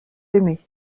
aimées